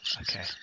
Okay